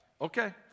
Okay